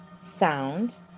sound